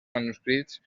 manuscrits